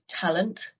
talent